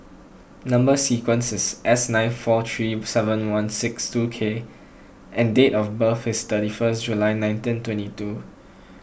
Number Sequence is S nine four three seven one six two K and date of birth is thirty first July nineteen twenty two